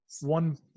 one